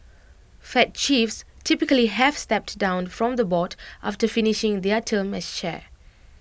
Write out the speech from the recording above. fed chiefs typically have stepped down from the board after finishing their term as chair